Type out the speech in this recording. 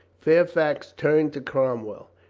fairfax turned to cromwell.